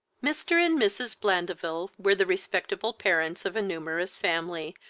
mr. and mrs. blandeville were the respectacle parents of a numerous family,